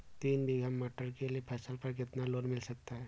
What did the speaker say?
तीन बीघा मटर के लिए फसल पर कितना लोन मिल सकता है?